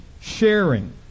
sharing